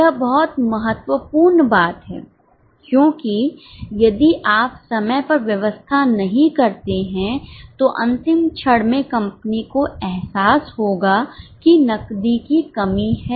यह बहुत महत्वपूर्ण बात है क्योंकि यदि आप समय पर व्यवस्था नहीं करते हैं तो अंतिम क्षण में कंपनी को एहसास होगा कि नकदी की कमी है